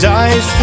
eyes